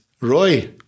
Roy